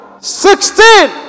Sixteen